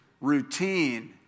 routine